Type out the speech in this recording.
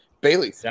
Bailey